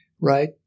right